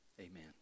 Amen